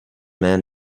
man